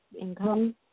income